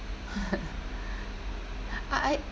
I I